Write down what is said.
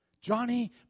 Johnny